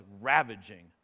ravaging